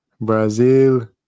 Brazil